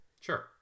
Sure